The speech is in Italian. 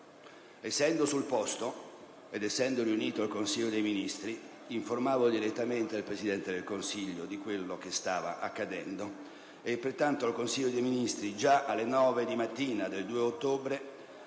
Essendo sul posto, ed essendo riunito il Consiglio dei Ministri, informavo direttamente il Presidente del Consiglio di quanto stava accadendo. Pertanto, il Consiglio dei ministri, già alle ore 9 del mattino del 2 ottobre,